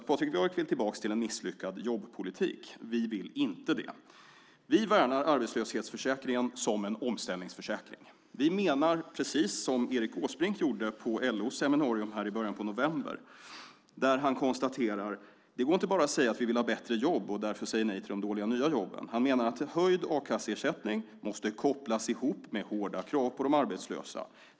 Patrik Björck vill tillbaka till en misslyckad jobbpolitik. Vi vill inte det. Vi värnar arbetslöshetsförsäkringen som en omställningsförsäkring. Vi instämmer i den uppfattning som Erik Åsbrink uttryckte på LO:s seminarium i början av november. Han konstaterade att det inte går att bara säga att vi vill ha bättre jobb och därför säger nej till de dåliga nya jobben. Han menar att en höjd a-kasseersättning måste kopplas ihop med hårda krav på de arbetslösa.